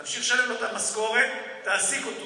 תמשיך לשלם לו את המשכורת, תעסיק אותו.